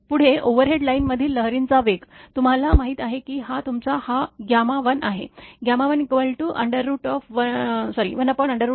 पुढे ओव्हरहेड लाईनमधील लहरींचा वेग तुम्हाला माहीत आहे की हा तुमचा हा 1आहे 11L1C112×10 3×0